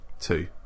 Two